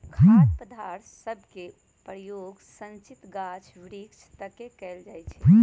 खाद सभके प्रयोग सिंचित गाछ वृक्ष तके कएल जाइ छइ